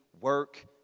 work